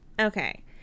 okay